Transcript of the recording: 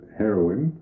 heroin